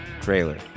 trailer